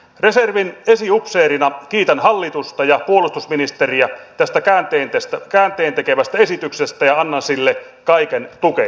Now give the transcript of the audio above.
reservin esiupseerina kiitän hallitusta ja puolustusministeriä tästä käänteentekevästä esityksestä ja annan sille kaiken tukeni